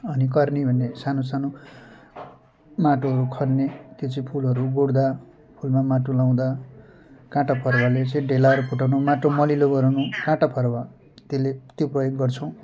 अनि कर्नी भन्ने सानो सानो माटोहरू खन्ने त्यो चाहिँ फुलहरू गोड्दा फुलमा माटो लाउँदा काँटा फरुवाले चाहिँ ढेलाहरू फुटाउनु माटो मलिलो गराउनु काँटा फरुवा त्यसले त्यो प्रयोग गर्छौँ